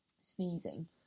sneezing